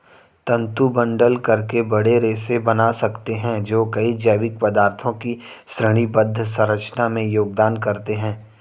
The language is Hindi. तंतु बंडल करके बड़े रेशे बना सकते हैं जो कई जैविक पदार्थों की श्रेणीबद्ध संरचना में योगदान करते हैं